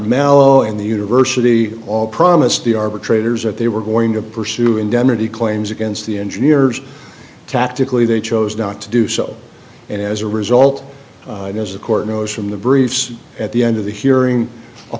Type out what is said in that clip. mellowing the university all promised the arbitrator's that they were going to pursue indemnity claims against the engineers tactically they chose not to do so and as a result it is the court knows from the briefs at the end of the hearing a